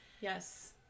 yes